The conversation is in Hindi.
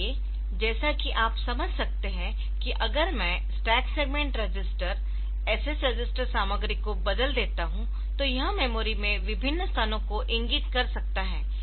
इसलिए जैसा कि आप समझ सकते है कि अगर मैं stack segment register SS register सामग्री को बदल देता हूं तो यह मेमोरी में विभिन्न स्थानों को इंगित कर सकता है